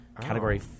Category